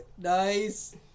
nice